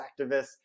activists